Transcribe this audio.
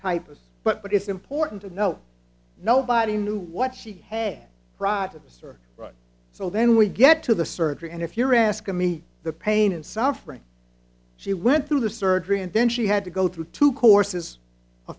type of but it's important to know nobody knew what she had brightest or right so then we get to the surgery and if you're asking me the pain and suffering she went through the surgery and then she had to go through two courses